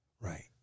Right